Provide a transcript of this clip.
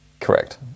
Correct